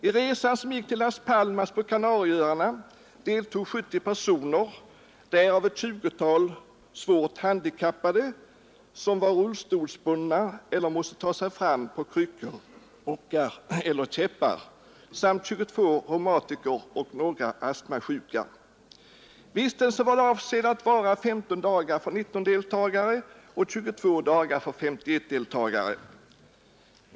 I resan, som gick till Las Palmas på Kanarieöarna, deltog 70 personer, därav ett 20-tal svårt handikappade, som var rullstolsbundna eller måste ta sig fram på kryckor, bockar eller med käppar, samt 22 reumatiker och några astmasjuka. Vistelsen var avsedd att vara 15 dagar för 19 deltagare och 22 dagar för S1 deltagare.